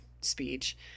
speech